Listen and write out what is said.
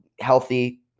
healthy